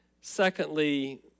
Secondly